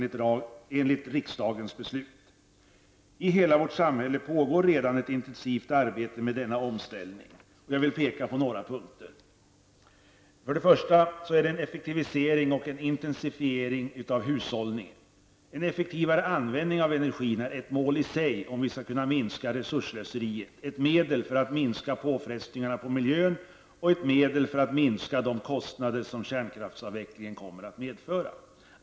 I hela vårt samhälle pågår redan ett intensivt arbete med denna omställning. Jag vill peka på några punkter. Det är för det första fråga om en effektivisering och intensifiering av hushållningen. En effektivare användning av energin är ett mål i sig om vi skall kunna minska resursslöseriet, ett medel för att minska påfrestningarna på miljön och ett medel för att minska de kostnader som kärnkraftsavvecklingen kommer att medföra.